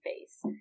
face